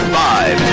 five